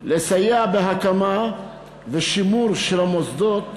לסייע בהקמה ובשימור של המוסדות